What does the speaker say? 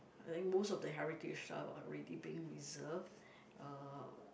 I think most of the heritage are already being reserved uh